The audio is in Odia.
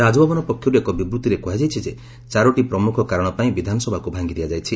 ରାଜଭବନ ପକ୍ଷରୁ ଏକ ବିବୃଭିରେ କୁହାଯାଇଛି ଯେ ଚାରୋଟି ପ୍ରମୁଖ କାରଣ ପାଇଁ ବିଧାନସଭାକୁ ଭାଙ୍ଗି ଦିଆଯାଇଛି